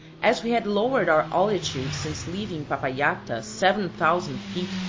as we had lowered our altitude since leaving papallacta seven thousand feet,